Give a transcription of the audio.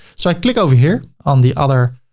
so i click over here on the other,